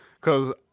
Cause